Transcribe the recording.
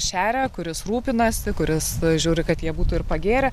šeria kuris rūpinasi kuris žiūri kad jie būtų ir pagėrę